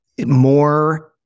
more